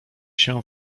się